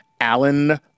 Alan